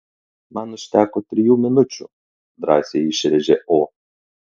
man užteko trijų minučių drąsiai išrėžė o